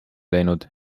läinud